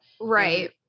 right